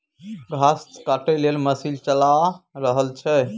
घास काटय लेल मशीन चला रहल छै